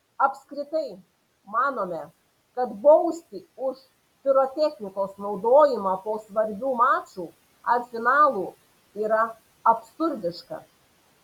apskritai manome kad bausti už pirotechnikos naudojimą po svarbių mačų ar finalų yra absurdiška